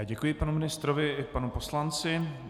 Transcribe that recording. Děkuji panu ministrovi i panu poslanci.